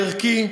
הערכי,